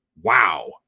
wow